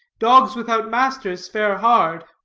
dogs without masters fare hard.